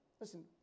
listen